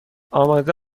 آمده